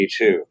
1982